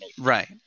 Right